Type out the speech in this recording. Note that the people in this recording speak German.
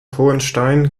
hohenstein